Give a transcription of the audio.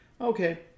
okay